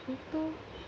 ایک تو